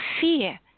fear